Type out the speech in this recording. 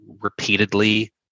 repeatedly